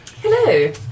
Hello